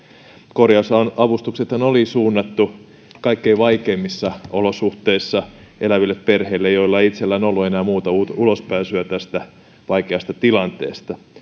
korjausalan avustuksethan oli suunnattu kaikkein vaikeimmissa olosuhteissa eläville perheille joilla ei itsellään ollut enää muuta muuta ulospääsyä tästä vaikeasta tilanteesta